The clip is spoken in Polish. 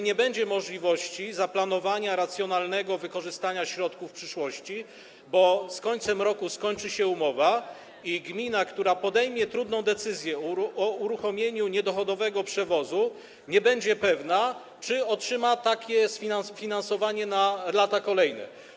Nie będzie możliwości zaplanowania racjonalnego wykorzystania środków w przyszłości, bo z końcem roku skończy się umowa i gmina, która podejmie trudną decyzję o uruchomieniu niedochodowego przewozu, nie będzie pewna, czy otrzyma takie finansowanie na lata kolejne.